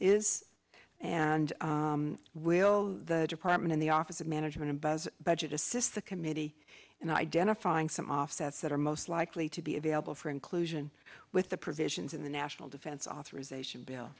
is and will the department and the office of management and buzz budget assist the committee in identifying some offsets that are most likely to be available for inclusion with the provisions in the national defense authorization bill